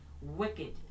wicked